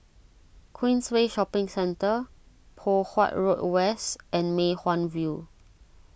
Queensway Shopping Centre Poh Huat Road West and Mei Hwan View